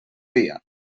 dia